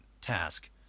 task